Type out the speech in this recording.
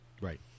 Right